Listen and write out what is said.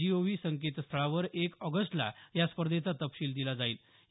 माय gov संकेतस्थळावर एक ऑगस्टला या स्पर्धेचा तपशील दिला जाईल